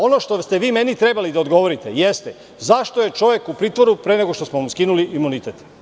Ono što ste vi meni trebali da odgovorite jeste – zašto je čovek u pritvoru pre nego što smo mu skinuli imunitet?